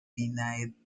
denied